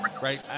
right